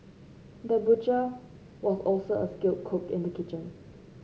the butcher was also a skilled cook in the kitchen